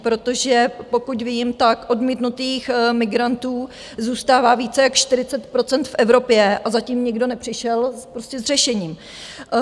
Protože pokud vím, tak odmítnutých migrantů zůstává více jak 40 % v Evropě a zatím nikdo nepřišel prostě s řešením.